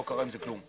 לא קרה דבר.